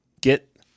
Get